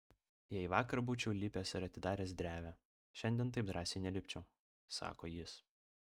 jei vakar būčiau lipęs ir atidaręs drevę šiandien taip drąsiai nelipčiau sako jis